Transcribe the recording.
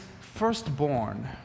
firstborn